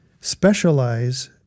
specialize